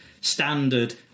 standard